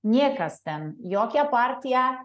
niekas ten jokia partija